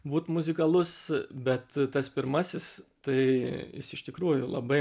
būt muzikalus bet tas pirmasis tai jis iš tikrųjų labai